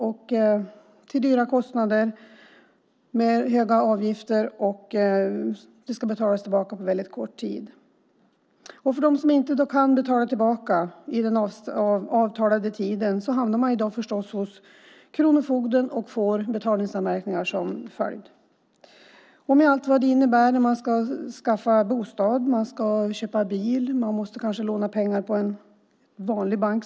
Det är höga kostnader och avgifter, och det ska betalas tillbaka på väldigt kort tid. De som inte kan betala tillbaka inom avtalad tid hamnar förstås hos kronofogden med betalningsanmärkningar som följd med allt vad det innebär när man ska skaffa bostad eller köpa bil och kanske måste låna pengar i en vanlig bank.